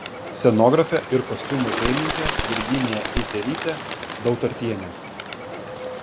scenografė ir kostiumų dailininkė virginija idzelytė dautartienė